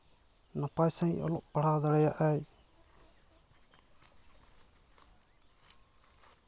ᱱᱟᱯᱟᱭ ᱥᱟᱺᱜᱤᱧ ᱚᱞᱚᱜ ᱯᱟᱲᱟᱦᱟᱣ ᱫᱟᱲᱮᱭᱟᱜᱼᱟᱭ